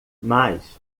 mas